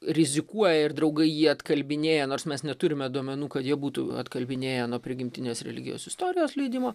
rizikuoja ir draugai jį atkalbinėja nors mes neturime duomenų kad jie būtų atkalbinėję nuo prigimtinės religijos istorijos leidimo